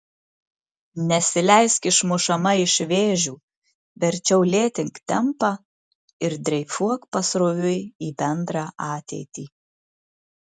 nesileisk išmušama iš vėžių verčiau lėtink tempą ir dreifuok pasroviui į bendrą ateitį